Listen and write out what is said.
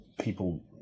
people